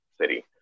city